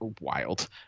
wild